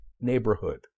neighborhood